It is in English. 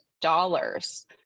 dollars